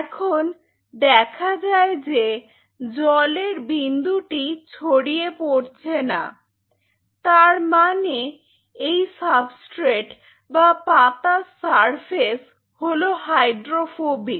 এখন দেখা যায় যে জলের বিন্দুটি ছড়িয়ে পড়ছে না তার মানে এই সাবস্ট্রেট বা পাতার সারফেস হল হাইড্রোফোবিক